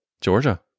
georgia